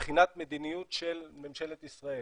מבחינת מדיניות של ממשלת ישראל.